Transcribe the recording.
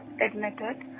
admitted